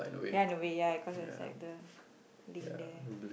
ya in a way ya cause there's like the link there